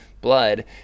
blood